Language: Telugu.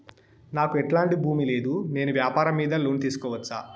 నాకు ఎట్లాంటి భూమి లేదు నేను వ్యాపారం మీద లోను తీసుకోవచ్చా?